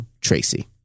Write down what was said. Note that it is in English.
Tracy